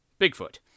Bigfoot